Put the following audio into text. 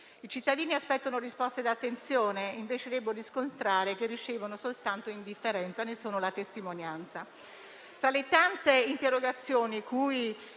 I cittadini aspettano risposte ed attenzione, invece devo riscontrare che ricevono soltanto indifferenza: ne sono la testimonianza. Tra le tante interrogazioni cui